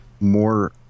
more